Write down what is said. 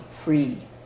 free